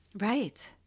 Right